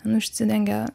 nu užsidengia